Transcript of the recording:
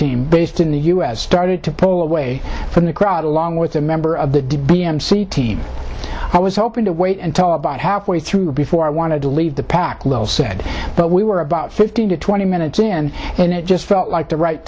team based in the u s started to pull away from the crowd along with a member of the debris mc team i was hoping to wait until about halfway through before i wanted to leave the pack lol said but we were about fifteen to twenty minutes in and it just felt like the right